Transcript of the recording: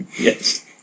Yes